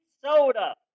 Soda